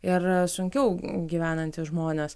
ir sunkiau gyvenantys žmonės